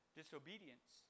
disobedience